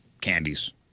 candies